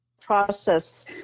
process